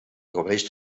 cobreix